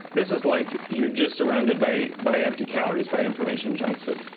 this is like you're just surrounded by by empty calories, by information junk food.